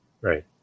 Right